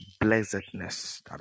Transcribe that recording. blessedness